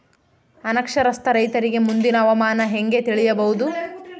ಅನಕ್ಷರಸ್ಥ ರೈತರಿಗೆ ಮುಂದಿನ ಹವಾಮಾನ ಹೆಂಗೆ ತಿಳಿಯಬಹುದು?